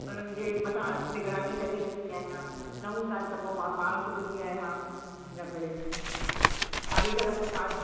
उन्हनि जे मथां निगरानी कंदी रहंदी आहियां न हूंदा आहिनि त पोइ मां पाण सुबंदी आहियां इन करे कारीगरनि सां